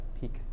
peak